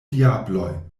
diabloj